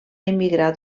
emigrar